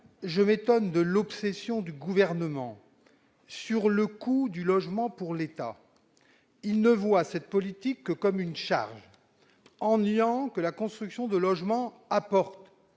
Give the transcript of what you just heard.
Je m'étonne de l'obsession du Gouvernement sur le coût du logement pour l'État : il ne voit cette politique que comme une charge, en niant que la construction de logements est